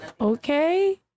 Okay